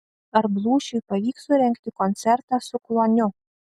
ar blūšiui pavyks surengti koncertą su kluoniu